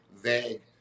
vague